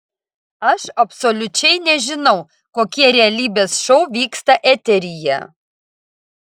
aš absoliučiai nežinau kokie realybės šou vyksta eteryje